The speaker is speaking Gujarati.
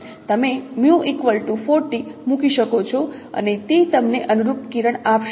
તમે મૂકી શકો છો અને તે તમને અનુરૂપ કિરણ આપશે